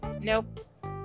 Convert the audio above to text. nope